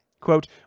Quote